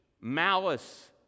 malice